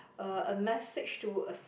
uh a message to a s~